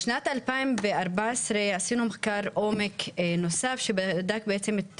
בשנת 2014 עשינו מחקר עומק נוסף, שבדק בעצם את